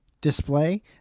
display